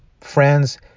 friends